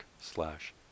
slash